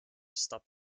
stop